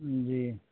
جی